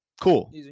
Cool